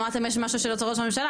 אמרתם יש משהו של ראש הממשלה,